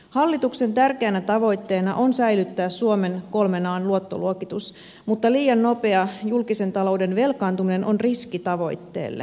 hallituksen tärkeänä tavoitteena on säilyttää suomen kolmen an luottoluokitus mutta liian nopea julkisen talouden velkaantuminen on riski tavoitteelle